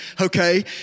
okay